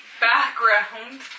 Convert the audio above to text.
background